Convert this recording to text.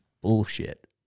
bullshit